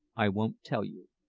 i won't tell you.